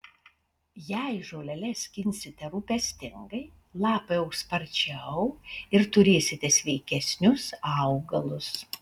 jei žoleles skinsite rūpestingai lapai augs sparčiau ir turėsite sveikesnius augalus